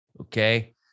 okay